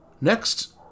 Next